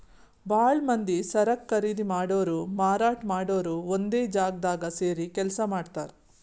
ಭಾಳ್ ಮಂದಿ ಸರಕ್ ಖರೀದಿ ಮಾಡೋರು ಮಾರಾಟ್ ಮಾಡೋರು ಒಂದೇ ಜಾಗ್ದಾಗ್ ಸೇರಿ ಕೆಲ್ಸ ಮಾಡ್ತಾರ್